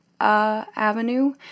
avenue